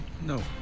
No